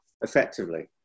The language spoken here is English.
effectively